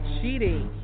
Cheating